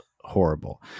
horrible